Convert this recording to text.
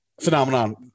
phenomenon